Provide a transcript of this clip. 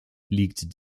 liegt